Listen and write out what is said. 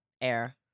air